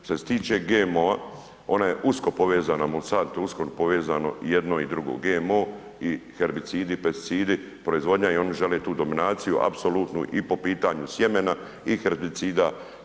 Što se tiče GMO-a ona je usko povezana, Monsanto je usko povezano i jedno i drugo, GMO i herbicidi i pesticiti, proizvodnja i oni žele tu dominaciju apsolutnu i po pitanju sjemena i herbicida.